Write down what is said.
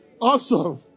Awesome